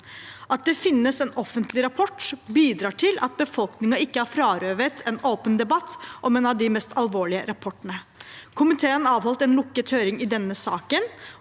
At det finnes en offentlig rapport, bidrar til at befolkningen ikke er frarøvet en åpen debatt om en av de mest alvorlige rapportene. Komiteen avholdt en lukket høring i denne saken,